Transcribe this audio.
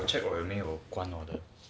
you check 我有没有关那个